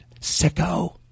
Sicko